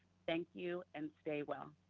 thank you and stay well.